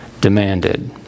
demanded